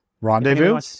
Rendezvous